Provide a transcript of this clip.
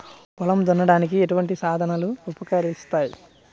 పొలం దున్నడానికి ఎటువంటి సాధనాలు ఉపకరిస్తాయి?